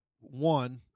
one